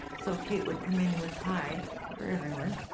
so kate would come in with pie for everyone,